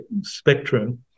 spectrum